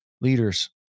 leaders